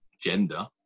gender